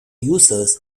users